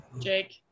Jake